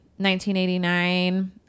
1989